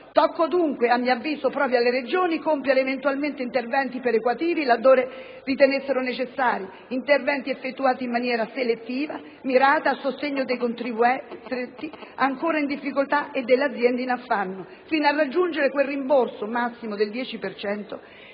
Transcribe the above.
tocca dunque proprio alle Regioni compiere eventualmente interventi perequativi, laddove li ritenessero necessari, interventi effettuati in maniera selettiva, mirata, a sostegno dei contribuenti ancora in difficoltà e delle aziende in affanno, fino a raggiungere quel rimborso massimo del 10